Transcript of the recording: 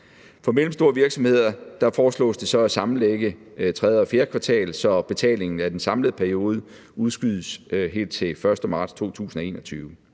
For mellemstore virksomheder foreslås det så at sammenlægge tredje og fjerde kvartal, så betalingen af den samlede periode udskydes helt til den 1. marts 2021.